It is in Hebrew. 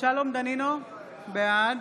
שלום דנינו, בעד